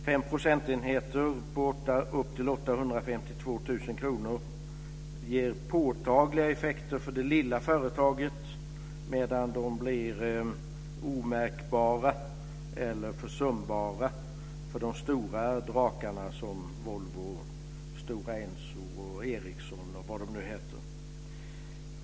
Fem procentenheter på upp till 852 000 kr ger påtagliga effekter för det lilla företaget, medan de blir omärkbara eller försumbara för de stora drakarna, som Volvo, Stora Enso, Ericsson och vad de nu heter.